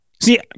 See